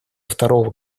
второго